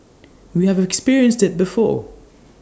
we have experienced IT before